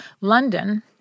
London